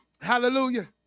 Hallelujah